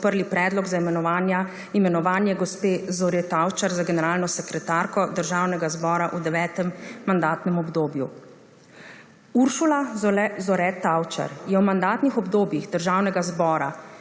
predlog za imenovanje gospe Zore Tavčar za generalno sekretarko Državnega zbora v IX. mandatnem obdobju. Uršula Zore Tavčar je v mandatnih obdobjih Državnega zbora